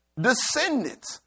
descendants